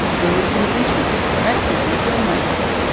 brilliant musicians, actors and film makers.